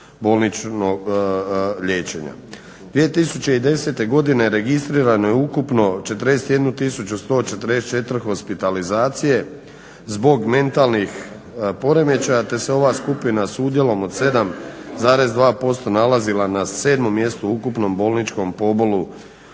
bolničkog liječenja. 2010. godine registrirano je ukupno 41.144 hospitalizacije zbog mentalnih poremećaja te se ova skupina s udjelom od 7,2% nalazila na 7. mjestu u ukupnom bolničkom pobolu